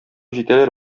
җитәләр